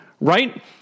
right